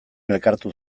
elkartu